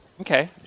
Okay